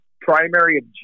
primary